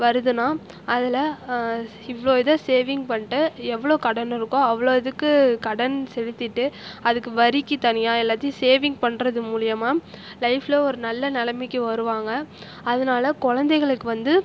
வருதுன்னால் அதில் இவ்வளோ இதை சேவிங் பண்ணிட்டு எவ்வளோ கடன் இருக்கோ அவ்வளோ இதுக்கு கடன் செலுத்திட்டு அதுக்கு வரிக்கு தனியாக எல்லாற்றையும் சேவிங் பண்ணுறது மூலயமா லைஃபில் ஒரு நல்ல நிலைமைக்கி வருவாங்க அதனால குழந்தைகளுக்கு வந்து